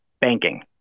banking